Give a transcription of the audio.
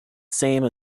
same